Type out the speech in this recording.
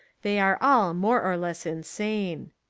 they are all more or less insane.